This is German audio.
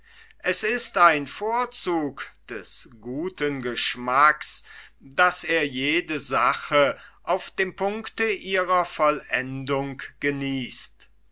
es ist ein vorzug des guten geschmacks daß er jede sache auf dem punkte ihrer vollendung genießt